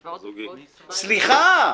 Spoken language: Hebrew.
סליחה,